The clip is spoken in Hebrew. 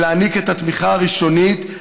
להעניק את התמיכה הראשונית,